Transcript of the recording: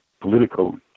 political